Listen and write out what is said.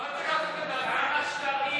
לדבר עם השר,